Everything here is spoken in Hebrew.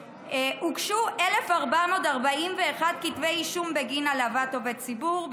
הוגשו 1,441 כתבי אישום בגין העלבת עובד ציבור,